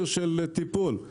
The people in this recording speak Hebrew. של טיפול.